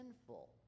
sinful